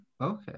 okay